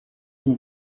une